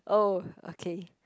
oh okay